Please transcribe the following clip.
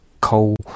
cold